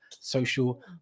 Social